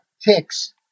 ticks